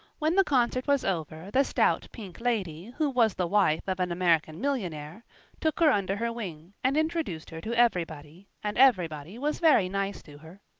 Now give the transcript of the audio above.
when the concert was over, the stout, pink lady who was the wife of an american millionaire took her under her wing, and introduced her to everybody and everybody was very nice to her.